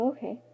Okay